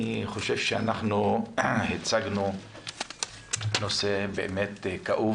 הצגנו נושא כאוב